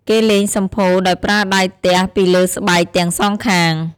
គេលេងសំភោរដោយប្រើដៃទះពីលើស្បែកទាំងសងខាង។